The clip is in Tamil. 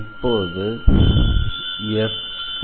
இப்போது F